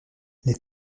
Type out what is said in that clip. les